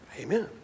Amen